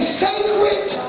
sacred